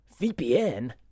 VPN